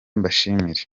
mbashimire